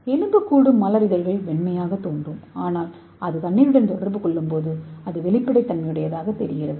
எலும்புக்கூடு மலரின் இதழ்கள் வெண்மையாகத் தோன்றும் ஆனால் அது தண்ணீருடன் தொடர்பு கொள்ளும்போது அது வெளிப்படையானதாகிறது